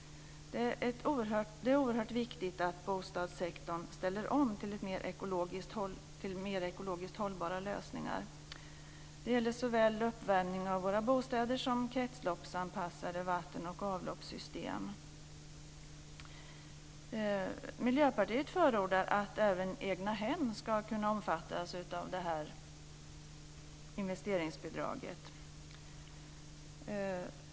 Det är oerhört viktigt att bostadssektorn ställer om till mer ekologiskt hållbara lösningar. Det gäller såväl uppvärmning av våra bostäder som kretsloppsanpassade vatten och avloppssystem. Miljöpartiet förordar att även egnahem ska kunna omfattas av investeringsbidraget.